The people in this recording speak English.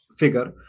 figure